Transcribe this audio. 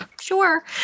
sure